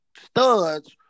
studs